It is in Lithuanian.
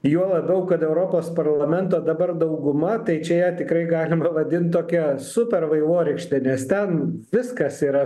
juo labiau kad europos parlamento dabar dauguma tai čia ją tikrai galima vadint tokia super vaivorykšte nes ten viskas yra